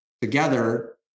together